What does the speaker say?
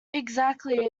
exactly